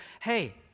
hey